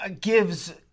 gives